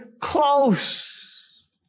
close